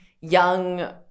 young